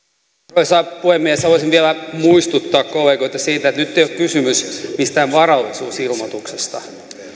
arvoisa puhemies haluaisin vielä muistuttaa kollegoita siitä että nyt ei ole kysymys mistään varallisuusilmoituksesta